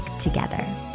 together